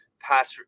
pass